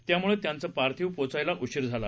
त्यामुळेत्यांचंपार्थिवपोचायलाउशीरझाला